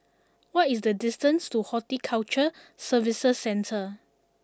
what is the distance to Horticulture Services Centre